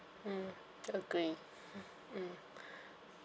mm mm agreed mm